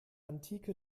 antike